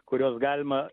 kuriuos galima